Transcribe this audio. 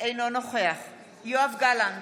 אינו נוכח יואב גלנט,